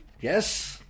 yes